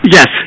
Yes